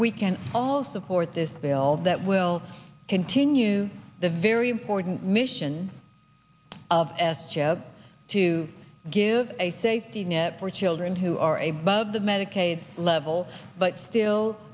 we can all support this bill that we'll continue the very important mission of as job to give a safety net for children who are a bug the medicaid level but